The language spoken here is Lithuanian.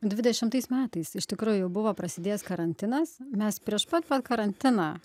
dvidešimtais metais iš tikro jau buvo prasidėjęs karantinas mes prieš pat va karantiną